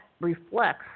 reflects